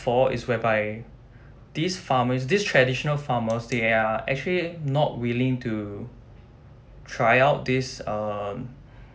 fall is whereby these farmers this traditional farmers they are actually not willing to try out this um